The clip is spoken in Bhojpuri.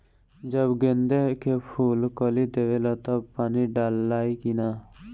जब गेंदे के फुल कली देवेला तब पानी डालाई कि न?